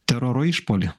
teroro išpuolį